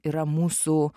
yra mūsų